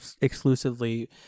Exclusively